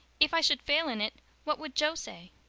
if i should fail in it what would jo say?